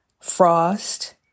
frost